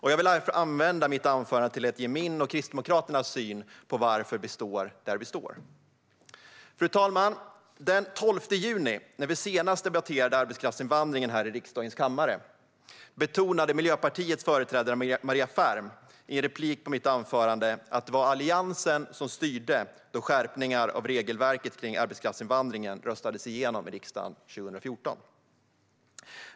Jag vill därför använda mitt anförande till att ge min och Kristdemokraternas syn på varför vi står där vi står. Fru talman! Den 12 juni, när vi senast debatterade arbetskraftsinvandringen här i riksdagens kammare, betonade Miljöpartiets företrädare Maria Ferm i en replik på mitt anförande att det var Alliansen som styrde då skärpningar av regelverket för arbetskraftsinvandringen röstades igenom i riksdagen 2014.